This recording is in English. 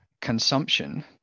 consumption